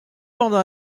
pendant